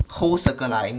whole circle line